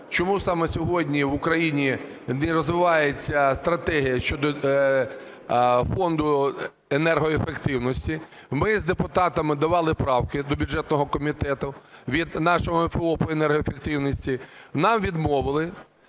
чому саме сьогодні в Україні не розвивається стратегія щодо Фонду енергоефективності? Ми з депутатами давали правки до бюджетного комітету від нашого МФО по енергоефективності, нам відмовили.